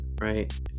right